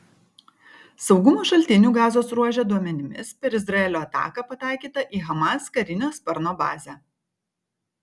saugumo šaltinių gazos ruože duomenimis per izraelio ataką pataikyta į hamas karinio sparno bazę